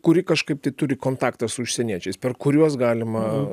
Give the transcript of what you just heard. kuri kažkaip tai turi kontaktą su užsieniečiais per kuriuos galima